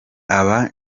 aba